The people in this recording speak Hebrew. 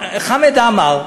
חמד עמאר,